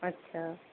अच्छा